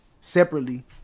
separately